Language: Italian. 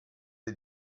dei